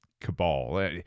cabal